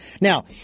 Now